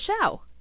show